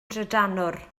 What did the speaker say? drydanwr